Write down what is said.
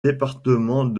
département